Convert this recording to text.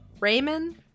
Raymond